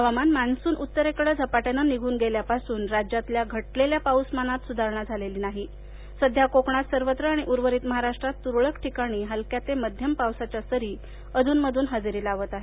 हवामान मान्सून उत्तरेकडे झपाट्यानं निघून गेल्यापासून राज्यातल्या घटलेल्या पाऊसमानात सुधारणा झालेली नाही सध्या कोकणात सर्वत्र आणि उर्वरित महाराष्ट्रात तुरळक ठिकाणी हलक्या ते मध्यम पावसाच्या सरी अधून मधून हजेरी लावत आहेत